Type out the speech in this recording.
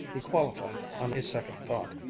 he qualified on a second thought,